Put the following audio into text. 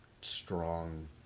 strong